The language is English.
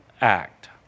act